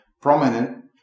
prominent